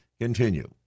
continue